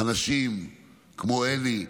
אנשים כמו אלי,